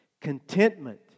contentment